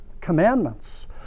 commandments